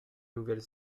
nouvelle